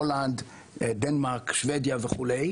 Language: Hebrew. הולנד, דנמרק, שוודיה וכו'.